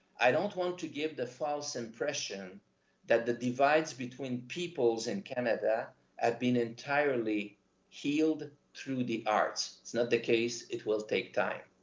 i don't want to give the false impression that the divides between peoples in canada have been entirely healed through the arts. it's not the case, it will take time.